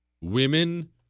Women